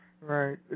Right